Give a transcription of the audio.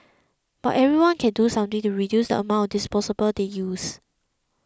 but everyone can do something to reduce the amount disposables they use